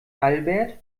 albert